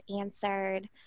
answered